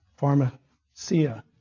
Pharmacia